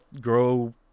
grow